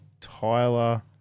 Tyler